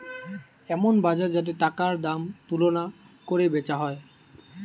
এমন বাজার যাতে টাকার দাম তুলনা কোরে বেচা হয়